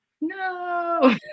No